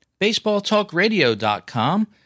BaseballTalkRadio.com